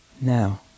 Now